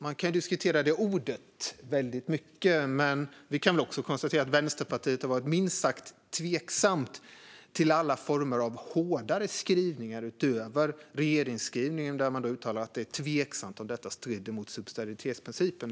Man kan diskutera ordet tveksamt, men vi kan också konstatera att Vänsterpartiet har varit minst sagt tveksamt till alla former av hårdare skrivningar utöver regeringsskrivningen, där man uttalar att det är tveksamt om detta strider mot subsidiaritetsprincipen.